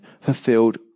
fulfilled